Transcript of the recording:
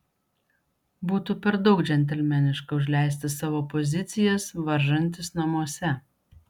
būtų per daug džentelmeniška užleisti savo pozicijas varžantis namuose